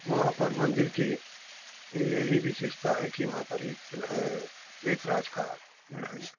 वहाँ पर मंदिर की यही विशेषता है कि वहाँ पर एक जो है राज का पेड़ है